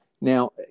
Now